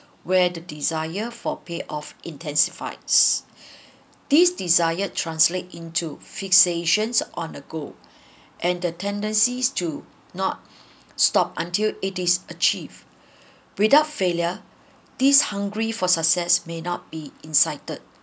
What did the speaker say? where the desire for pay off intensifies these desire translate into fixations on a goal and the tendencies to not stop until it is achieved without failure this hungry for success may not be incited